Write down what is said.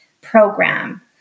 program